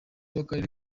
w’akarere